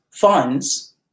funds